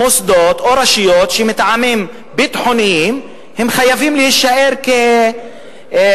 מוסדות או רשויות שמטעמים ביטחוניים הם חייבים להישאר חסויים.